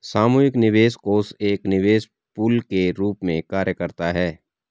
सामूहिक निवेश कोष एक निवेश पूल के रूप में कार्य करता है